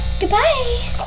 Goodbye